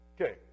Okay